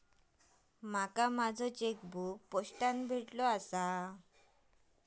माका माझो चेकबुक पोस्टाने भेटले आसा